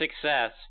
success